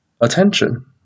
attention